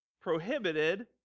prohibited